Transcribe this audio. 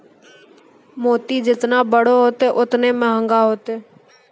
मोती जेतना बड़ो होतै, ओतने मंहगा होतै